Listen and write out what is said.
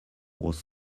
was